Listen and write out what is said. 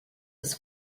was